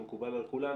זה מקובל על כולנו,